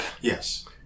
Yes